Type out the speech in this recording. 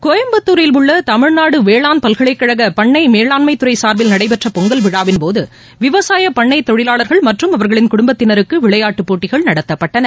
கோயம்புத்தூரில் உள்ள தமிழ்நாடு வேளாண் பல்கலைக்கழக பண்ணை மேலாண்மைத்துறை சார்பில் நடைபெற்ற பொங்கல் விழாவின்போது விவசாயப் பண்ணை தொழிலாளர்கள் மற்றும் அவர்களின் குடும்பத்தினருக்கு விளையாட்டுப் போட்டிகள் நடத்தப்பட்டன